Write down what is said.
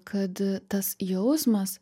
kad tas jausmas